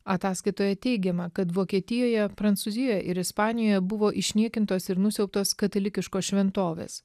ataskaitoje teigiama kad vokietijoje prancūzijo ir ispanijoje buvo išniekintos ir nusiaubtos katalikiškos šventovės